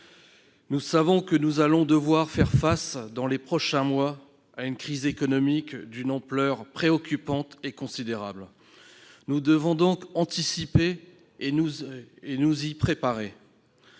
Nous savons que nous allons devoir faire face, dans les prochains mois, à une crise économique d'une ampleur considérable et préoccupante. Nous devons l'anticiper et nous y préparer.